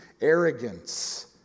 arrogance